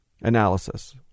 analysis